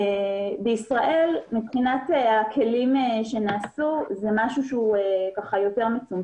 בישראל זה מצומצם יותר.